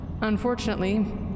Unfortunately